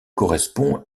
correspond